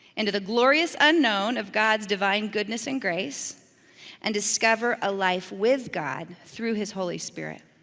into the glorious unknown of god's divine goodness and grace and discover a life with god through his holy spirit.